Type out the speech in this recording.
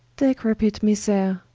decrepit miser,